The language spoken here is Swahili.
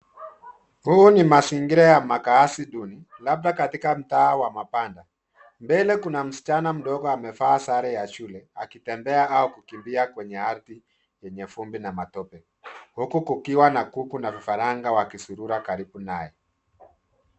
Huu ni mazingira ya makazi duni labda katika mtaa wa mabanda. Mbele kuna msichana mdogo amevaa sare ya shule akitembea au kukimbia kwenye ardhi yenye vumbi na matope huku kukiwa na kuku na vifaranga wakizurura karibu naye.